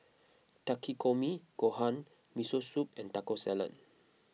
Takikomi Gohan Miso Soup and Taco Salad